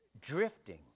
drifting